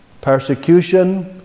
persecution